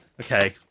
okay